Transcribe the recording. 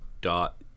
dot